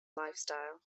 lifestyle